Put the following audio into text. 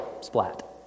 Splat